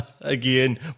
Again